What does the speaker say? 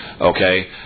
okay